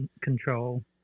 control